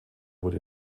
wurde